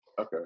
Okay